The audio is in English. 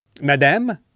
Madame